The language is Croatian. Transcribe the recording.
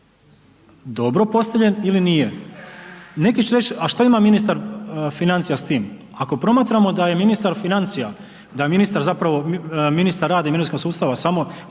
dobro postavljen ili nije? Neki će reći, a šta ima ministar financija s tim? Ako promatramo da je ministar financija, da ministar rada i mirovinskog sustava samo